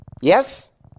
Yes